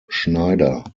schneider